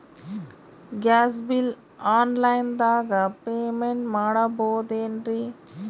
Gas bill online ದಾಗ payment ಮಾಡಬೋದೇನ್ರಿ?